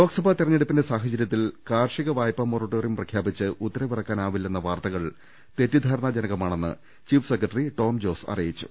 ലോക്സഭാ തെരഞ്ഞെടുപ്പിന്റെ സാഹചര്യത്തിൽ കാർഷിക വായ്പാ മൊറട്ടോറിയം പ്രഖ്യാപിച്ച് ഉത്തരവിറക്കാൻ ആവില്ലെന്ന വാർത്തകൾ തെറ്റിദ്ധാരണാജനകമാണെന്ന് ചീഫ് സെക്രട്ടറി ടോംജോസ് അറിയിച്ചു